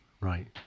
Right